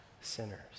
sinners